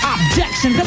Objection